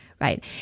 right